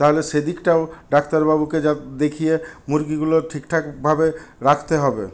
তাহলে সেদিকটাও ডাক্তারবাবুকে দেখিয়ে মুরগিগুলো ঠিকঠাকভাবে রাখতে হবে